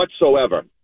whatsoever